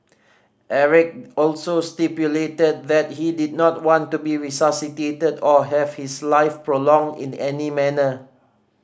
Eric also stipulated that he did not want to be resuscitated or have his life prolonged in the any manner